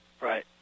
Right